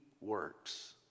works